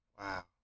Wow